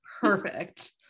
Perfect